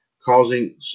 causing